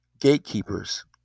gatekeepers